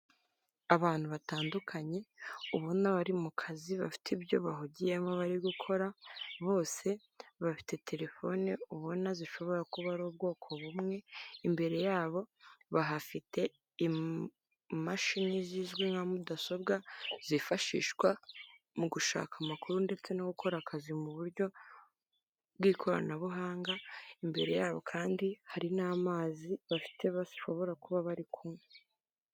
Abantu batandukanye ubona abari mu kazi bafite ibyo bahugiyemo bari gukora bose, bafite telefone ubona zishobora kuba ari ubwoko bumwe, imbere yabo bahafite imashini zizwi nka mudasobwa zifashishwa mu gushaka amakuru ndetse no gukora akazi mu buryo bw'ikoranabuhanga, imbere yabo kandi hari n'amazi bafite bashobora kuba bari kumwe.